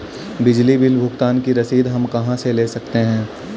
बिजली बिल भुगतान की रसीद हम कहां से ले सकते हैं?